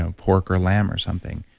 um pork or lamb or something,